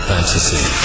Fantasy